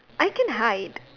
I can hide